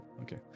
Okay